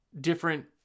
different